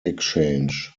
exchange